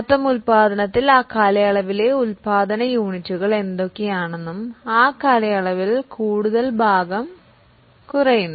മൊത്തം ഉൽപാദനത്തിൽ ആ നിർദ്ദിഷ്ട കാലയളവിലെ ഉൽപാദന യൂണിറ്റുകൾ എത്രയാണെങ്കിലും ആ കാലയളവിൽ ആ ഭാഗം കുറയുന്നു